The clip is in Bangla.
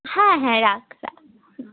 হ্যাঁ হ্যাঁ রাখ রাখ হুম